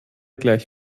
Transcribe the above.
gleich